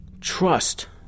trust